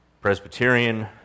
Presbyterian